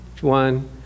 One